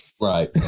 Right